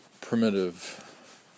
primitive